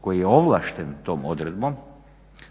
koji je ovlašten tom odredbom